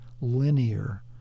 linear